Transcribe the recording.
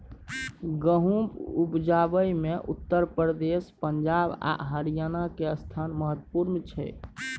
गहुम उपजाबै मे उत्तर प्रदेश, पंजाब आ हरियाणा के स्थान महत्वपूर्ण छइ